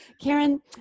Karen